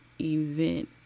event